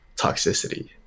toxicity